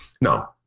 no